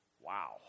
Wow